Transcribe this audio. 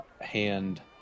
hand